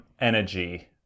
energy